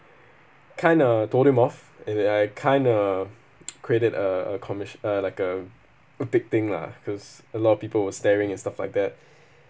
kinda told him off and that I kinda created uh a commis~ uh like a a big thing lah because a lot of people were staring and stuff like that